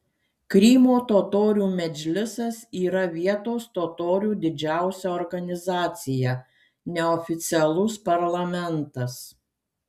krymo totorių medžlisas yra vietos totorių didžiausia organizacija neoficialus parlamentas